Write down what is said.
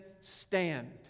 stand